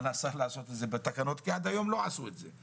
אנחנו לא סומכים על השר להתקין את זה בתקנות כי עד היום לא עשו את זה.